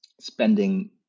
spending